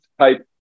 type